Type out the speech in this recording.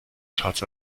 charts